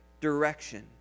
direction